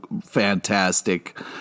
fantastic